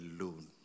alone